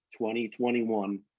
2021